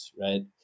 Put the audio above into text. right